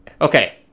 Okay